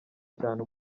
cyane